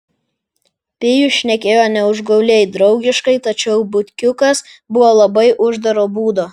pijus šnekėjo ne užgauliai draugiškai tačiau butkiukas buvo labai uždaro būdo